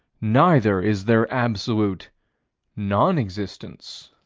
neither is there absolute non-existence.